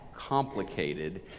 Complicated